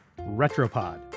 Retropod